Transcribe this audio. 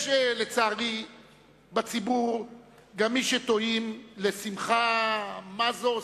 יש לצערי בציבור גם מי שתוהים, לשמחה מה זו עושה,